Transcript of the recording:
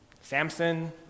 Samson